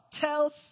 tells